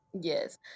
Yes